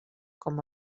com